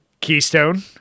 Keystone